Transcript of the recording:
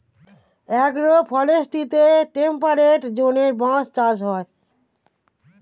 agro ফরেস্ট্রিতে temperate জোনে বাঁশ চাষ হয়